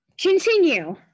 continue